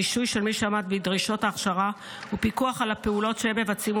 רישוי של מי שעמד בדרישות ההכשרה ופיקוח על הפעולות שהם מבצעים,